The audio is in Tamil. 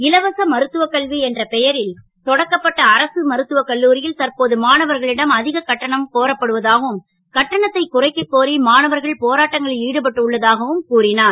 இலவச மருத்துவ கல்வி என்ற பெயரில் தொடக்கப்பட்ட அரசு மருத்துவ கல்லூரி ல் தற்போது மாணவர்களிடம் அக கட்டணம் கோரப்படுவதாகவும் கட்டணத்தை குறைக்கக் கோரி மாணவர்கள் போராட்டங்களில் ஈடுபட்டு உள்ளதாகவும் கூறினார்